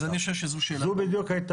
זו עבירה